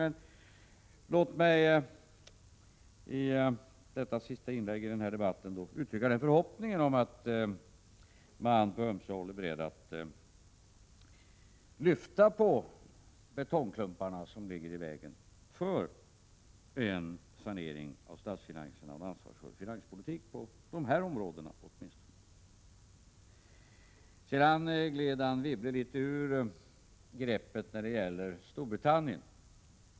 Men låt mig i detta sista inlägg i den här debatten uttrycka den förhoppningen att man på ömse håll är beredd att lyfta på betongklumparna som ligger i vägen för en sanering av statsfinanserna och en ansvarsfull finanspolitik, åtminstone på de här områdena. Anne Wibble gled ur greppet när det gäller Storbritannien.